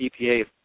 EPA